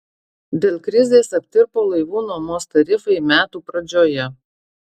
dėl krizės aptirpo laivų nuomos tarifai metų pradžioje